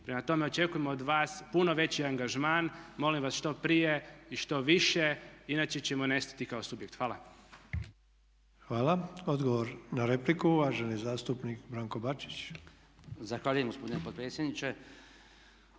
Prema tome, očekujemo od vas puno veći angažman, molim vas što prije i što više inače ćemo nestati kao subjekt. Hvala. **Sanader, Ante (HDZ)** Hvala. Odgovor na repliku uvaženi zastupnik Branko Bačić. **Bačić, Branko (HDZ)** Zahvaljujem gospodine potpredsjedniče.